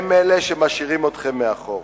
הם אלה שמשאירים אתכם מאחור.